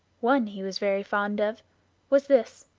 one he was very fond of was this